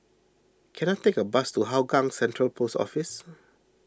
can I take a bus to Hougang Central Post Office